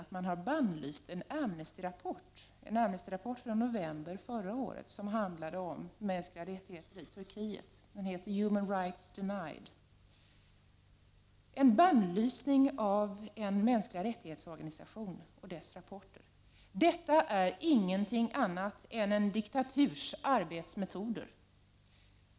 I Turkiet har man t.o.m. bannlyst en Amnestyrapport från november 1988 som handlar om mänskliga rättigheter i Turkiet; den heter Human Rights Denied. En bannlysning av en organisation för mänskliga rättigheter och av dess rapporter är ingenting annat än en diktaturs arbetsmetod.